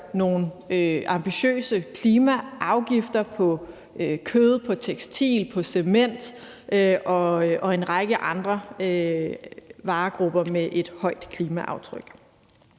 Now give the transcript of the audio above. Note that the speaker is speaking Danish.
nogle ambitiøse klimaafgifter på kød, på tekstil, på cement og på en række andre varegrupper med et højt klimaaftryk.